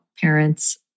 parents